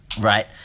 right